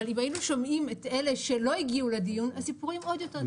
אבל אם היינו שומעים את אלה שלא הגיעו לדיון הסיפורים עוד יותר קשים.